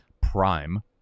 prime